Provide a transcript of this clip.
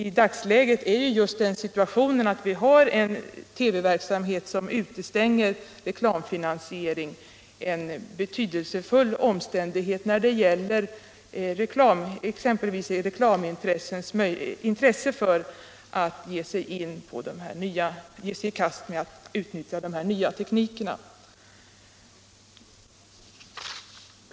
I dagens läge har vi här i landet bara två TV-kanaler som bägge utestänger reklamfinansiering, en betydelsefull omständighet när det gäller exempelvis reklamintressenas benägenhet att ge sig i kast med de nya teknikerna.